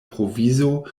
provizo